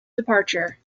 departure